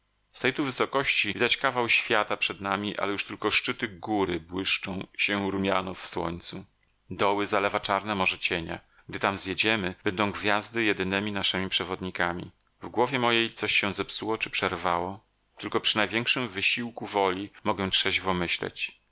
tej tu wysokości widać kawał świata przed nami ale już tylko szczyty góry błyszczą się rumiano w słońcu doły zalewa czarne morze cienia gdy tam zjedziemy będą gwiazdy jedynemi naszemi przewodnikami w głowie mojej coś się zepsuło czy przerwało tylko przy największym wysiłku woli mogę trzeźwo myśleć